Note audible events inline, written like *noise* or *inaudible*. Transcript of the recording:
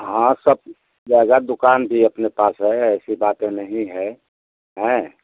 हाँ सब *unintelligible* दुक़ान भी अपने पास है ऐसी बातें नहीं है